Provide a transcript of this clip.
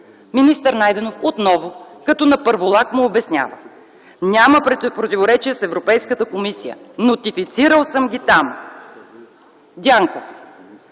Министър Найденов отново като на първолак му обяснява: „Няма противоречие с Европейската комисия. Нотифицирал съм ги там.” Дянков: